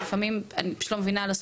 שלפעמים אני לא מבינה את זה,